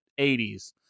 80s